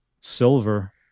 Silver